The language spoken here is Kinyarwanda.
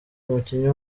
umukinnyi